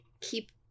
keep